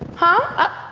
huh?